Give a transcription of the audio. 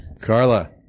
Carla